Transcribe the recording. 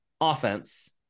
offense